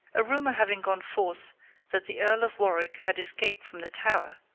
a rumor having gone forth that the earl of warwick had escaped from the tower,